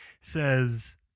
says